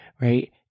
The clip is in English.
right